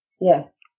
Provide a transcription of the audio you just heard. Yes